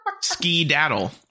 Ski-daddle